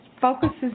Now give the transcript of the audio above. focuses